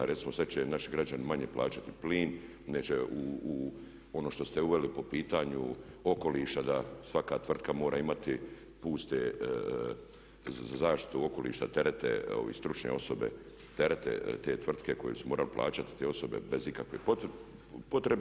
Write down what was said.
Recimo sad će naši građani manje plaćati plin, neće ono što ste uveli po pitanju okoliša da svaka tvrtka mora imati puste za zaštitu okoliša terete stručne osobe terete te tvrtke koje su morali plaćati te osobe bez ikakve potrebe.